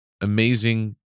Amazing